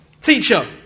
Teacher